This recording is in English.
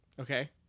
Okay